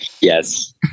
Yes